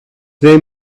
they